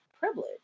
Privilege